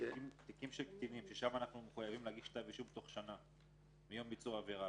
כתב אישום תוך שנה מיום ביצוע העבירה,